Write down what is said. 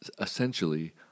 essentially